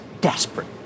desperate